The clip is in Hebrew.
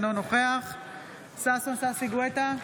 אינו נוכח ששון ששי גואטה,